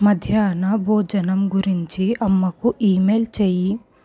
మధ్యాహ్నం భోజనం గురించి అమ్మకు ఈమెయిల్ చెయ్యి